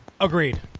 Agreed